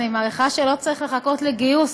אני מניחה שלא צריך לחכות לגיוס,